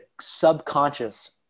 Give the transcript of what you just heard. subconscious